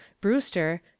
brewster